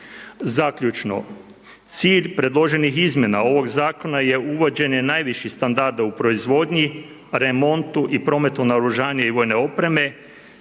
Zaključno, cilj predloženih izmjena ovog zakona je uvođenje najviših standarda u proizvodnji, remontu i prometu naoružanja i vojne opreme